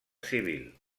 civil